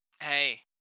Hey